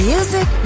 Music